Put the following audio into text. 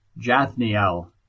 Jathniel